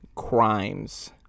Crimes